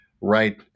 right